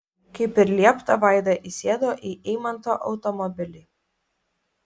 kaip ir liepta vaida įsėdo į eimanto automobilį